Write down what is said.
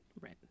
right